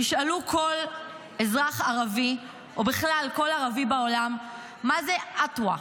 תשאלו כל אזרח ערבי או בכלל כל ערבי בעולם מה זה עטווה.